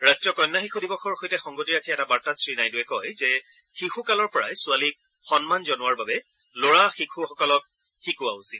ৰাষ্টীয় কন্যা শিশু দিৱসৰ সৈতে সংগতি ৰাখি এটা বাৰ্তাত শ্ৰীনাইডুৱে কয় যে শিশুকালৰ পৰাই ছোৱালীক সন্মান জনোৱাৰ বাবে লৰা শিশুসকলক শিকোৱা উচিত